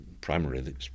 primarily